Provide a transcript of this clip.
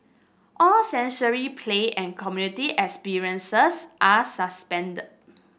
all sensory play and community experiences are suspended